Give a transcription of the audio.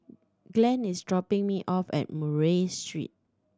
Glen is dropping me off at Murray Street